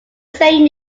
same